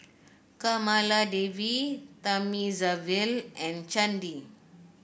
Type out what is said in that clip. Kamaladevi Thamizhavel and Chandi